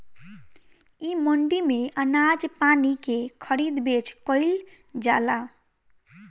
इ मंडी में अनाज पानी के खरीद बेच कईल जाला